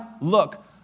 look